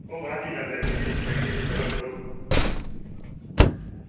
ओह् बाद च गल्ल ऐ भी जिस स्हाबै दा चलग